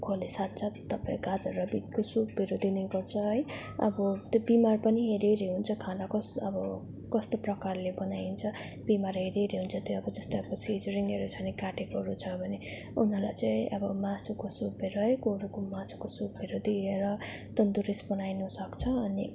खोले साथ साथ तपाईँ गाजर र बिटको सुपहरू दिने गर्छ है अब त्यो बिमार पनि हेरी हेरी हुन्छ खाना कस् अब कस्तो प्रकारले बनाइन्छ बिमार हेरी हेरी हुन्छ त्यो अब जस्तै अब सिजरिनहरू छ भने काटेकोहरू छ भने उनीहरूलाई चाहिँ अब मासुको सुपहरू है कुखुराको मासुको सुपहरू दिएर तन्दुरुस्त बनाइदिनु सक्छ अनि